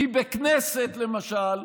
כי בכנסת, למשל,